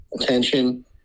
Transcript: Attention